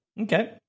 okay